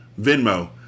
Venmo